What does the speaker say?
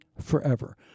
forever